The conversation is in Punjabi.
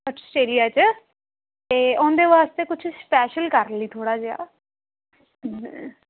ਆਸਟਰੇਲੀਆ 'ਚ ਅਤੇ ਉਹਦੇ ਵਾਸਤੇ ਕੁਛ ਸ਼ਪੈਸ਼ਲ ਕਰ ਲਈ ਥੋੜ੍ਹਾ ਜਿਹਾ